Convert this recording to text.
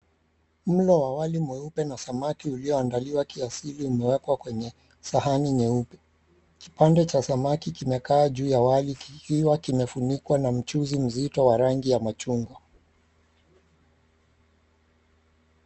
Mlo wa wali mweupe na samaki uliyoandaliwa kiasili umewekwa kwenye sahani nyeupe , kipande cha samaki kimekaa juu ya wali kikiwa kimefunikwa na mchuzi mzito wa rangi ya machungwa.